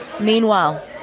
Meanwhile